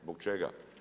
Zbog čega?